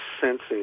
sensing